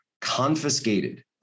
confiscated